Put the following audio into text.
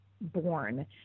born